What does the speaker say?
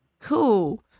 Cool